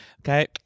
Okay